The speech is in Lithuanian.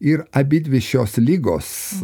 ir abidvi šios ligos